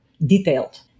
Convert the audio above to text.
detailed